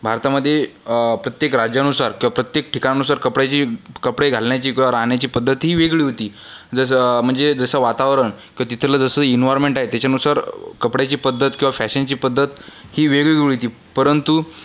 भारतामध्ये प्रत्येक राज्यानुसार किंवा प्रत्येक ठिकाणानुसार कपड्याची कपडे घालण्याची किंवा राहण्याची पद्धत ही वेगळी होती जसं म्हणजे जसं वातावरण किंवा तिथलं जसं इन्व्हार्मेंट आहे त्याच्यानुसार कपड्याची पद्धत किंवा फॅशनची पद्धत ही वेगवेगळी होती परंतु